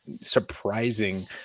surprising